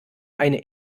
eine